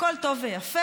הכול טוב ויפה.